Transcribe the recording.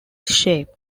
shape